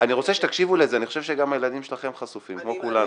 אני רוצה שתקשיבו לזה אני חושב שגם הילדים שלכם חשופים כמו כולנו.